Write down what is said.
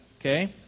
okay